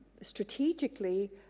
strategically